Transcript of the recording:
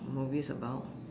movie's about